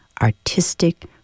artistic